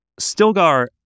Stilgar